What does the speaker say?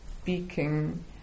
speaking